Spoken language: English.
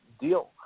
deal